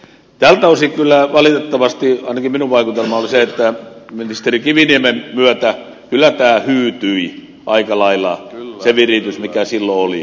tältä osin valitettavasti ainakin minun vaikutelmani oli se että ministeri kiviniemen myötä kyllä tämä hyytyi aika lailla se viritys mikä silloin oli